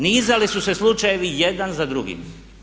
Nizali su se slučajevi jedan za drugim.